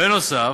בנוסף,